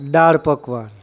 દાલ પકવાન